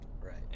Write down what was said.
Right